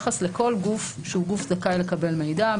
לשנות את התפיסה בגלל מקרים שכרגע אנחנו לא יודעים מה היקפם,